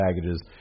packages